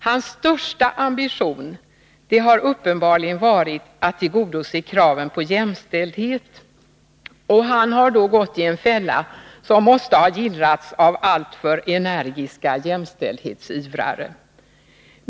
Hans största ambition har uppenbarligen varit att tillgodose kraven på jämställdhet, och han har då gått i en fälla som måste ha gillrats av alltför energiska jämställdhetsivrare.